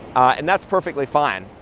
and that's perfectly fine,